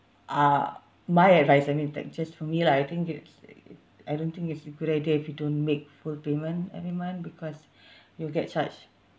uh my advice I mean like just for me lah I think it's a I don't think it's a good idea if you don't make full payment every month because you'll get charged